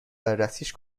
بررسیش